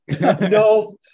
No